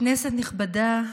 כנסת נכבדה,